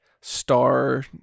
star